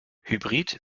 hybrid